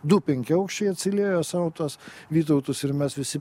du penkiaaukščiai atsiliejo sau tuos vytautus ir mes visi